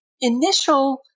initial